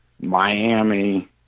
Miami